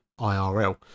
IRL